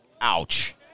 Ouch